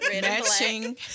matching